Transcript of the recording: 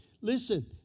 Listen